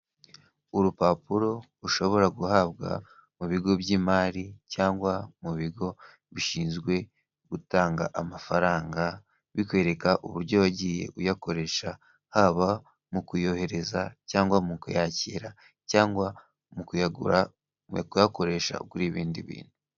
Urupapuro ushobora guhabwa mu bigo by'imari cyangwa mu bigo bishinzwe gutanga amafaranga, bikwereka uburyo wagiye uyakoresha, haba mu kuyohereza cyangwa mu kuyakira cyangwa mu kuyagura, mu kuyakoresha ugura ibindi bintu.